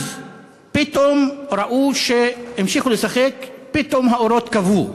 אז המשיכו לשחק, ופתאום האורות כבו.